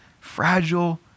fragile